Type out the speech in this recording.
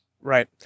Right